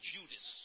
Judas